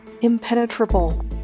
impenetrable